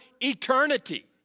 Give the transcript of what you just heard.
eternity